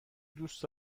دوست